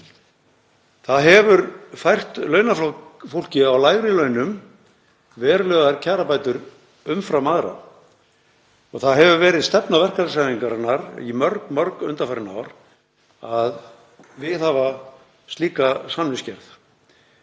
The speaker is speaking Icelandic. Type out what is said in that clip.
Það hefur fært launafólki á lægri launum verulegar kjarabætur umfram aðra og það hefur verið stefna verkalýðshreyfingarinnar í mörg undanfarin ár að viðhafa slíka samningsgerð.